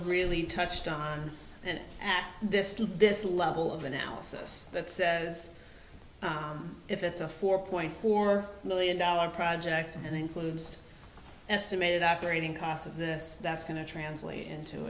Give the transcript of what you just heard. really touched on and at this this level of analysis that says if it's a four point four million dollars project and includes estimated upgrading costs of this that's going to translate into